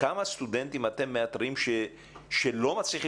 כמה סטודנטים אתם מאתרים שלא מצליחים